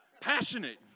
passionate